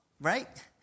right